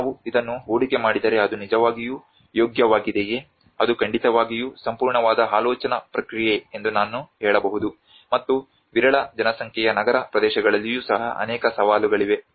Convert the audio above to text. ನಾವು ಇದನ್ನು ಹೂಡಿಕೆ ಮಾಡಿದರೆ ಅದು ನಿಜವಾಗಿಯೂ ಯೋಗ್ಯವಾಗಿದೆಯೇ ಅದು ಖಂಡಿತವಾಗಿಯೂ ಸಂಪೂರ್ಣವಾದ ಆಲೋಚನಾ ಪ್ರಕ್ರಿಯೆ ಎಂದು ನಾನು ಹೇಳಬಹುದು ಮತ್ತು ವಿರಳ ಜನಸಂಖ್ಯೆಯ ನಗರ ಪ್ರದೇಶಗಳಲ್ಲಿಯೂ ಸಹ ಅನೇಕ ಸವಾಲುಗಳಿವೆ